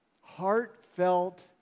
heartfelt